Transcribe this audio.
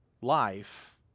life